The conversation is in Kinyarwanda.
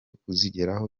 kuzigeraho